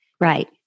Right